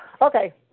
Okay